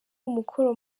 umukoro